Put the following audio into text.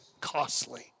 costly